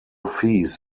fees